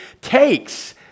takes